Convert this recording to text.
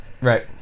Right